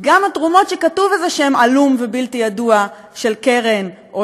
גם התרומות שכתוב איזה שם עלום ובלתי ידוע של קרן או